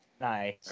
Nice